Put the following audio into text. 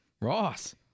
ross